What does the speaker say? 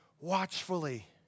watchfully